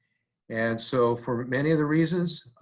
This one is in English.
and so for many of the reasons,